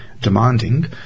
demanding